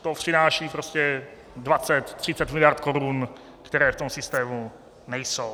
To přináší prostě dvacet třicet miliard korun, které v tom systému nejsou.